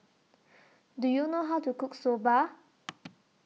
Do YOU know How to Cook Soba